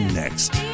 next